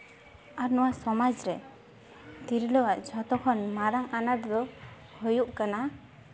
ᱟᱨ ᱱᱚᱣᱟ ᱥᱚᱢᱟᱡᱽ ᱨᱮ ᱛᱤᱨᱞᱟᱹᱣᱟᱜ ᱡᱷᱚᱛᱚ ᱠᱷᱚᱱ ᱢᱟᱨᱟᱝ ᱟᱱᱟᱴ ᱫᱚ ᱦᱩᱭᱩᱜ ᱠᱟᱱᱟ